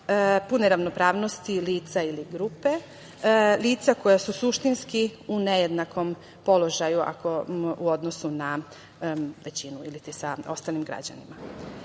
pune ravnopravnosti lica ili grupe, lica koja su suštinski u nejednakom položaju u odnosu na većinu ili sa ostalim građanima. Odredbe